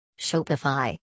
Shopify